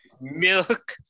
Milk